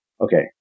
Okay